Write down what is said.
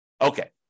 Okay